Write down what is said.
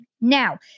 Now